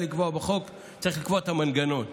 יש לקבוע את המנגנון.